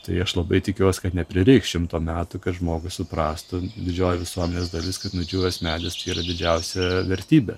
tai aš labai tikiuos kad neprireiks šimto metų kad žmogus suprastų didžioji visuomenės dalis kad nudžiūvęs medis tai yra didžiausia vertybė